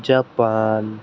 Japan